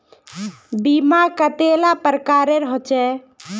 बीमा कतेला प्रकारेर होचे?